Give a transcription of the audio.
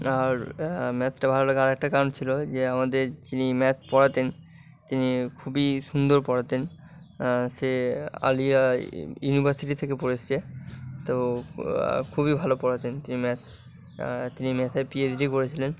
আর ম্যাথটা ভালো লাগে আরেকটা কারণ ছিলো যে আমাদের যিনি ম্যাথ পড়াতেন তিনি খুবই সুন্দর পড়াতেন সে আলিয়া ইউনিভার্সিটি থেকে পড়ে এসছে তো খুবই ভালো পড়াতেন তিনি ম্যাথ তিনি ম্যাথে পিএইচডি করেছিলেন